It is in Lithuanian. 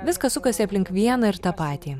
viskas sukasi aplink vieną ir tą patį